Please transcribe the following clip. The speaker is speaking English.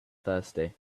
thirsty